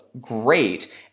great